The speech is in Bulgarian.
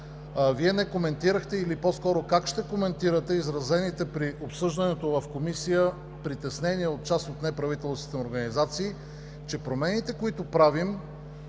Вие не коментирахте или по-скоро как ще коментирате изразените при обсъждането в Комисията притеснения от част от неправителствените организации, че промените, които правим,